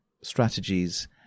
strategies